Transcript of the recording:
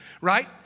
right